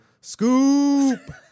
scoop